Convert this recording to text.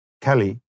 Kelly